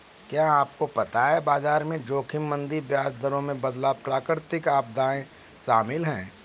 क्या आपको पता है बाजार जोखिम में मंदी, ब्याज दरों में बदलाव, प्राकृतिक आपदाएं शामिल हैं?